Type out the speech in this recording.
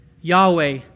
Yahweh